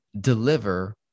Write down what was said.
deliver